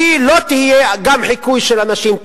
שלא תהיה גם חיקוי של הנשים.